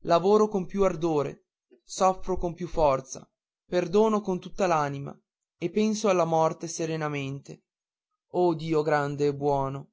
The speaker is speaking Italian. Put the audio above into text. lavoro con più ardore soffro con più forza perdono con tutta l'anima e penso alla morte serenamente oh dio grande e buono